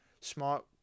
Smart